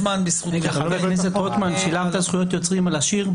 השידור הישראלי" יבוא "מאסדרי השידורים".